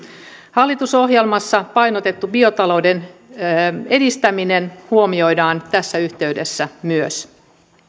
hallitusohjelmassa painotettu biotalouden edistäminen huomioidaan tässä yhteydessä myös